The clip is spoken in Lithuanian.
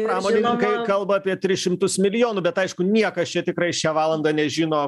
pramonininkai kalba apie tris šimtus milijonų bet aišku niekas čia tikrai šią valandą nežino